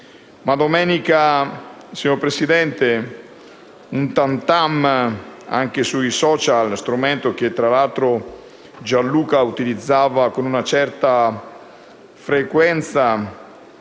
Ma domenica, signor Presidente, un *tam tam* anche sui *social media* (strumento che, tra l'altro, Gianluca utilizzava con una certa frequenza)